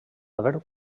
haver